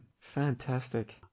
Fantastic